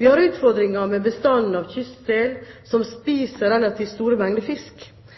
Vi har utfordringer med bestanden av kystsel, som spiser relativt store mengder fisk.